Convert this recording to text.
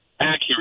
accurate